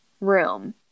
room